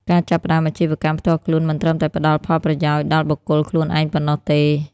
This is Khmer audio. ការចាប់ផ្តើមអាជីវកម្មផ្ទាល់ខ្លួនមិនត្រឹមតែផ្តល់ផលប្រយោជន៍ដល់បុគ្គលខ្លួនឯងប៉ុណ្ណោះទេ។